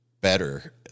better